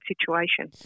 situation